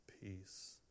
peace